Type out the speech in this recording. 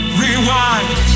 rewind